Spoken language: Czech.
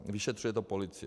Vyšetřuje to policie.